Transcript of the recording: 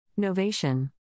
Novation